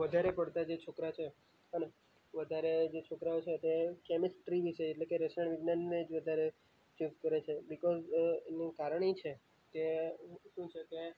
વધારે પડતા જે છોકરા છે અને વધારે જે છોકરાઓ છે તે કેમેસ્ટ્રી વિષય એટલે કે રસાયણ વિજ્ઞાનને જ વધારે ચૂસ કરે છે બીકોઝ એનું કારણ એ છે કે હું છે કે